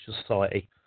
Society